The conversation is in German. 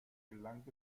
gelang